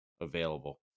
available